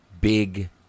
big